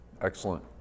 Excellent